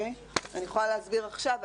אני יכולה להסביר עכשיו,